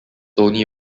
tony